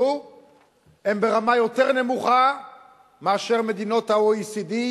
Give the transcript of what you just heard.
הם ברמה יותר נמוכה מאשר במדינות ה-OECD,